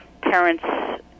parents